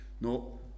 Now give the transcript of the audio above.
no